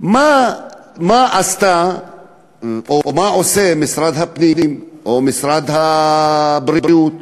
מה עושה משרד הפנים, או משרד הבריאות,